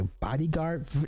bodyguard